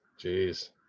Jeez